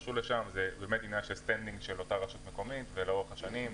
זה באמת עניין של גישה של אותה הרשות המקומית ולאורך השנים,